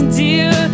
dear